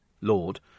Lord